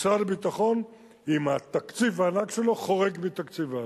משרד הביטחון עם התקציב הענק שלו חורג מתקציביו.